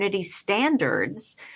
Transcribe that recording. standards